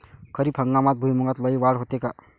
खरीप हंगामात भुईमूगात लई वाढ होते का?